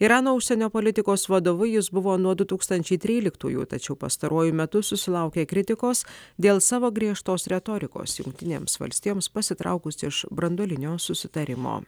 irano užsienio politikos vadovu jis buvo nuo du tūkstančiai tryliktųjų tačiau pastaruoju metu susilaukia kritikos dėl savo griežtos retorikos jungtinėms valstijoms pasitraukus iš branduolinio susitarimo